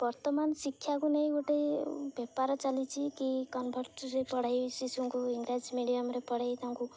ବର୍ତ୍ତମାନ ଶିକ୍ଷାକୁ ନେଇ ଗୋଟେ ବେପାର ଚାଲିଛି କି କନଭର୍ଟରେ ପଢ଼ାଇବି ଶିଶୁଙ୍କୁ ଇଂରାଜ ମିଡ଼ିୟମରେ ପଢ଼ାଇ ତାଙ୍କୁ